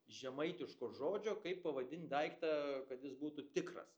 žemaitiško žodžio kaip pavadint daiktą kad jis būtų tikras